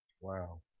Wow